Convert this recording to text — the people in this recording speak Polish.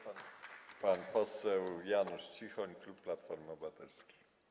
Pan poseł Janusz Cichoń, klub Platformy Obywatelskiej.